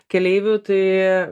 keleivių tai